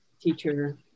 teacher